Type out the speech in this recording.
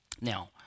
Now